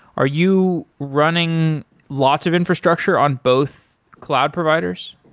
are you running lots of infrastructure on both cloud providers?